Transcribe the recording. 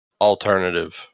alternative